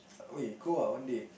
oi go ah one day